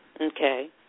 Okay